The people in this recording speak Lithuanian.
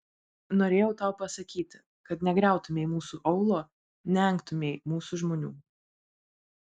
norėjau tau pasakyti kad negriautumei mūsų aūlo neengtumei mūsų žmonių